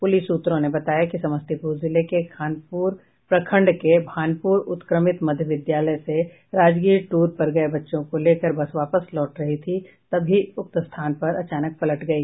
police सूत्रों ने बताया कि समस्तीपुर जिले के खानपुर प्रखंड के भानपुर उत्क्रमित मध्य विद्यालय से राजगीर टूर पर गए बच्चो को लेकर बस वापस लौट रही थी तभी उक्त स्थान पर अचानक बस पलट गई